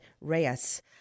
Reyes